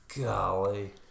Golly